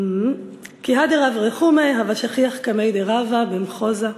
"כי הא דרב רחומי הוה שכיח קמיה דרבא במחוזא.